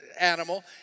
animal